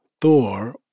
Thor